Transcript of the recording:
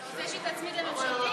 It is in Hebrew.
אתה רוצה שהיא תצמיד לממשלתית?